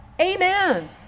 Amen